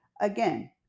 Again